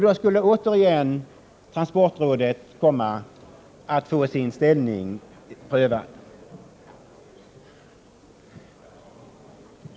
Då skulle återigen transportrådet komma att få sin ställning prövad.